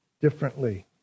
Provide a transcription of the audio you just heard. differently